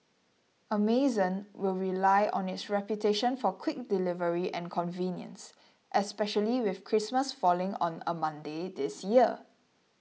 Amazon will rely on its reputation for quick delivery and convenience especially with Christmas falling on a Monday this year